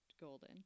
golden